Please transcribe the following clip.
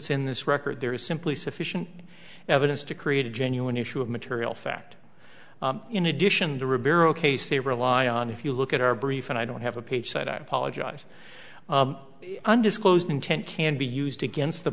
in this record there is simply sufficient evidence to create a genuine issue of material fact in addition the ribeiro case they rely on if you look at our brief and i don't have a page cite i apologize undisclosed intent can be used against the